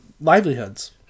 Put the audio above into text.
livelihoods